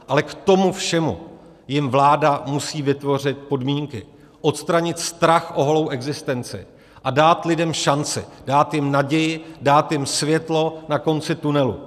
Ale k tomu všemu jim vláda musí vytvořit podmínky, odstranit strach o holou existenci a dát lidem šanci, dát jim naději, dát jim světlo na konci tunelu.